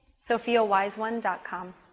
SophiaWiseOne.com